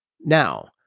Now